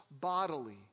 bodily